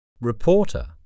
Reporter